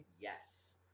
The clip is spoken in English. Yes